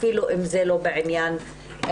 אפילו אם זה לא בעניין רצח.